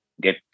get